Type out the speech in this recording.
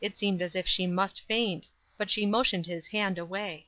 it seemed as if she must faint but she motioned his hand away.